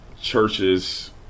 churches